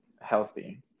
healthy